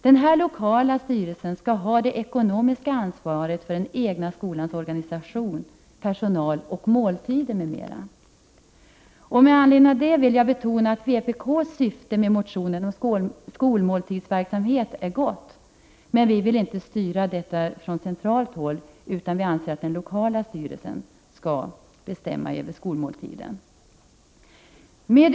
Den lokala styrelsen skall ha det ekonomiska ansvaret för den egna skolorganisationen, för personalen och måltiderna. Jag vill betona att vpk:s syfte med motionen om skolmåltidsverksamhet är gott, men vi vill inte styra detta från centralt håll utan anser att den lokala styrelsen skall bestämma över skolmåltiderna.